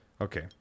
Okay